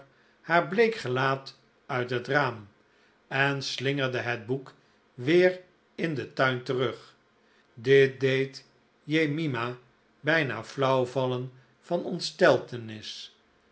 haar bleek gelaat uit het raam en slingerde het boek weer in den tuin terug dit deed jemima bijna flauw vallen van ontsteltenis